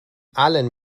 allen